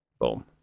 boom